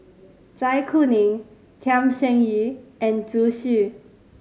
Zai Kuning Tham Sien Yen and Zhu Xu